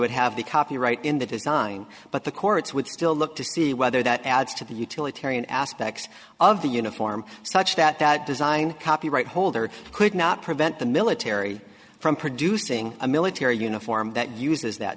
would have the copyright in that is nine but the courts would still look to see whether that adds to the utilitarian aspects of the uniform such that that design copyright holder could not prevent the military from producing a military uniform that uses that